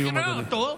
ששחררה אותו,